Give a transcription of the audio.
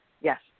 Yes